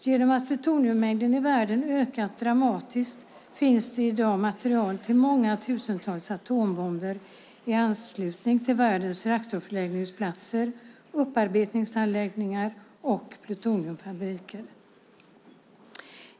Genom att plutoniummängden i världen ökat dramatiskt finns det i dag material till många tusentals atombomber i anslutning till världens reaktorförläggningsplatser, upparbetningsanläggningar och plutoniumfabriker.